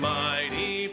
mighty